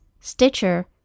Stitcher